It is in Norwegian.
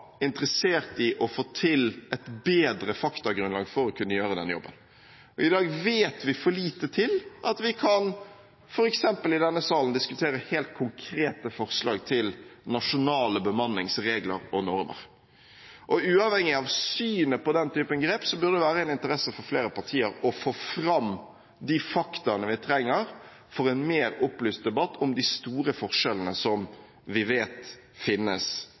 interessert i å få til et bedre faktagrunnlag for å kunne gjøre denne jobben. I dag vet vi for lite til at vi kan f.eks. i denne salen diskutere helt konkrete forslag til nasjonale bemanningsregler og -normer. Uavhengig av synet på den typen grep, burde det være av interesse for flere partier å få fram de faktaene vi trenger for en mer opplyst debatt om de store forskjellene som vi vet finnes